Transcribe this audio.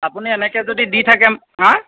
আপুনি এনেকৈ যদি দি থাকে হাঁ